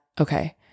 okay